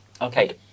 okay